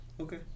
Okay